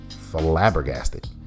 flabbergasted